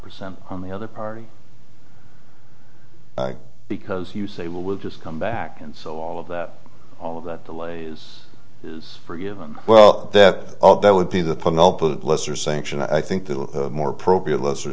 percent on the other party because you say well we'll just come back and so all of that all of that delays is forgiven well that that would be the penelope lesser sanction i think the more appropriate lesser